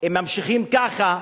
אם ממשיכים ככה,